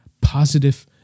positive